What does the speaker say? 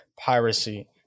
piracy